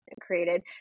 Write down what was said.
created